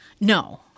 no